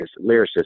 lyricist